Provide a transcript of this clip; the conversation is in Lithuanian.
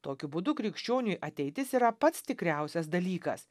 tokiu būdu krikščioniui ateitis yra pats tikriausias dalykas